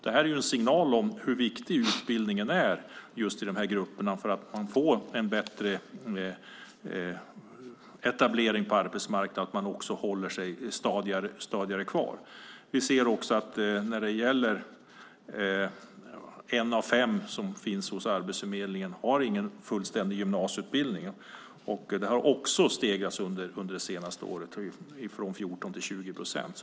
Det är en signal om hur viktig utbildningen är just i de här grupperna, eftersom man med utbildning får en bättre etablering på arbetsmarknaden och också håller sig stadigare kvar. Vi ser också att en av fem som finns hos Arbetsförmedlingen inte har någon fullständig gymnasieutbildning. Detta har också stegrats under det senaste året, från 14 till 20 procent.